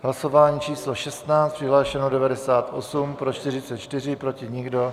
Hlasování číslo 16. Přihlášeno 98, pro 44, proti nikdo.